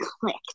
clicked